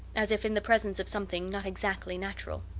as if in the presence of something not exactly natural.